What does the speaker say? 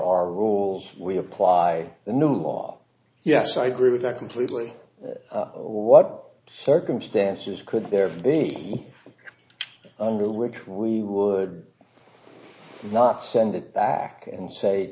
our rules we apply the new law yes i agree with that completely what circumstances could there be any under which we would not send it back and say